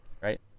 Right